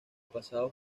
pasado